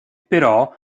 però